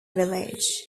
village